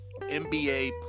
NBA